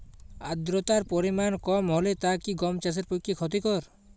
আর্দতার পরিমাণ কম হলে তা কি গম চাষের পক্ষে ক্ষতিকর?